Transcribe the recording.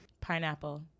Pineapple